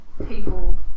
people